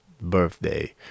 birthday